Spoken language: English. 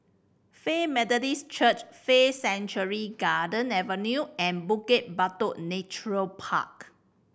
Faith Methodist Church Faith Sanctuary Garden Avenue and Bukit Batok Nature Park